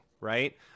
right